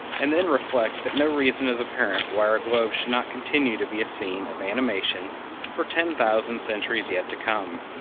and then reflect that no reason is apparent why our globe should not continue to be a scene of animation for ten thousand centuries yet to come.